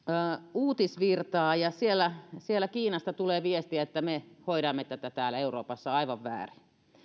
uutisvirtaa ja siellä siellä kiinasta tulee viestiä että me hoidamme tätä täällä euroopassa aivan väärin